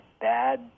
bad